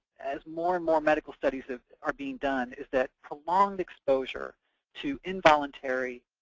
as more and more medical studies are being done, is that prolonged exposure to involuntary